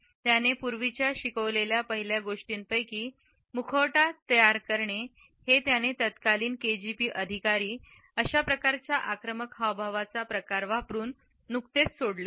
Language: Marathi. त्याने पूर्वीच्या शिकवलेल्या पहिल्या गोष्टींपैकी त्याने मुखवटा प्रकार सांगितले आहे जे त्याने तत्कालीन केजीबी अधिकारी अशा प्रकारचा आक्रमक हावभावाचा प्रकार वापरुन नुकतेच सोडले होते